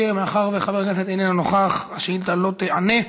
מאחר שחבר הכנסת איננו נוכח, השאילתה לא תיענה.